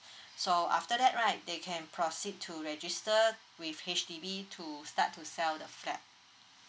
so after that right they proceed to register with H_D_B to start to sell the flat